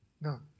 No